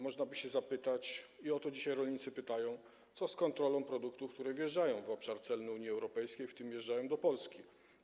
Można by się zapytać, i o to dzisiaj rolnicy pytają, co z kontrolą produktów, które wjeżdżają w obszar celny Unii Europejskiej, w tym wjeżdżają do Polski.